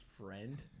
friend